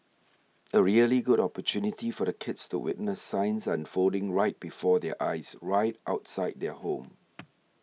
a really good opportunity for the kids to witness science unfolding right before their eyes right outside their home